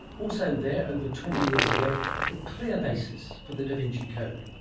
also there over twenty years ago, the clear basis for the da vinci code.